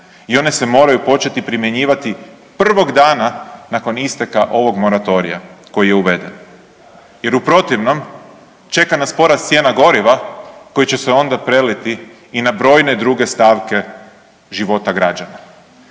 i one se moraju početi primjenjivati prvog dana nakon isteka ovog moratorija koji je uveden jer u protivnom čeka nas porast cijena goriva koji će se onda preliti i na brojne druge stavke života građana.